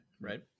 Right